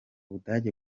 budage